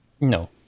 No